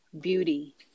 beauty